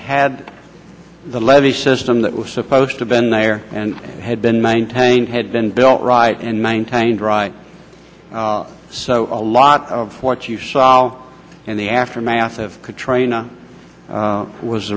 had the levee system that was supposed to been there and had been maintained had been built right and maintained right so a lot of what you saw in the aftermath of katrina